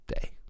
day